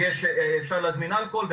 ואפשר גם להזמין אלכוהול,